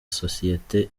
sosiyete